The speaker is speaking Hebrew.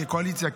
כקואליציה,